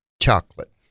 chocolate